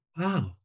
wow